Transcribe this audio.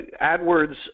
AdWords